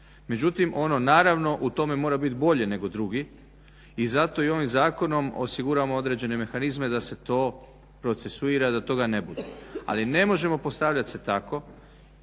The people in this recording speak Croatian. Međutim ono naravno u tome mora biti bolje nego drugi i zato je ovim zakonom osiguravamo određene mehanizme da se to procesuira da toga ne bude. Ali ne možemo postavljati se tako